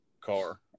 car